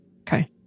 Okay